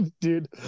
dude